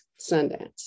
Sundance